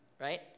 right